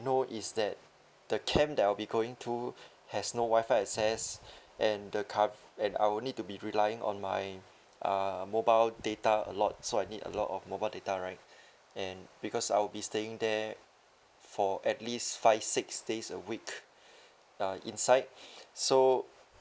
know is that the camp that I'll be going to has no WI-FI access and the cov~ and I will need to be relying on my uh mobile data a lot so I need a lot of mobile data right and because I'll be staying there for at least five six days a week uh inside so